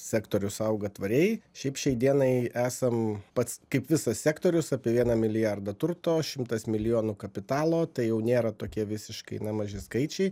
sektorius auga tvariai šiaip šiai dienai esam pats kaip visas sektorius apie vieną milijardą turto šimtas milijonų kapitalo tai jau nėra tokie visiškai nemaži skaičiai